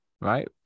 right